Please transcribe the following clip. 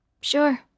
Sure